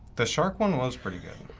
the shark one was pretty good. oh,